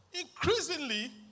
increasingly